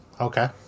Okay